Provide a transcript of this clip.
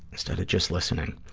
instead of just listening.